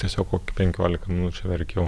tiesiog kokių penkiolika minučių verkiau